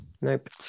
Nope